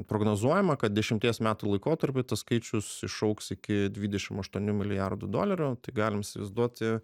prognozuojama kad dešimties metų laikotarpiu tas skaičius išaugs iki dvidešim aštuonių milijardų dolerių tai galim įsivaizduoti